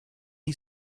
had